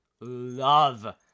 love